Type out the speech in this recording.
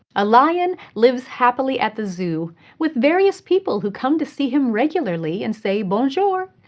a lion lives happily at the zoo with various people who come to see him regularly and say, bonjour.